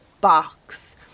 box